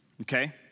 Okay